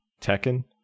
Tekken